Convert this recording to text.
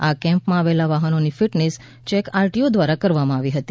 આ કેમ્પમાં આવેલા વાહનોની ફિટનેસ ચેક આરટીઓ દ્વારા કરવામાં આવી હતી